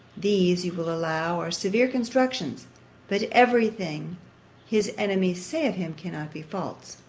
these, you will allow, are severe constructions but every thing his enemies say of him cannot be false.